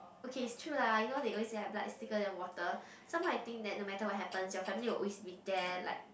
okay it's true lah you know they always say like blood is thicker than water somehow I think that the matter will happen your family will always with there like